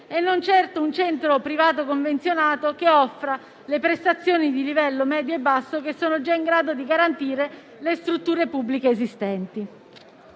e non certo un centro privato convenzionato che offra le prestazioni di livello medio e basso che sono già in grado di garantire le strutture pubbliche esistenti.